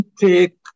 take